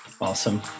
Awesome